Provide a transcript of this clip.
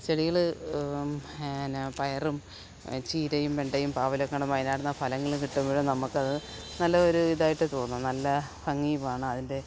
ചെടികള് പിന്നെ പയറും ചീരയും വെണ്ടയും പാവലൊക്കെയാണ് അതിനകത്തുനിന്നു ഫലങ്ങള് കിട്ടുമ്പോഴും നമുക്കത് നല്ല ഒരു ഇതായിട്ട് തോന്നും നല്ല ഭംഗിയുമാണ് അതിൻ്റെ